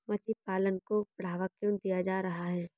मछली पालन को बढ़ावा क्यों दिया जा रहा है?